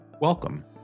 Welcome